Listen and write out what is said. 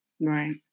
Right